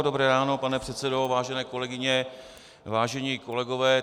Dobré ráno pane předsedo, vážené kolegyně, vážení kolegové.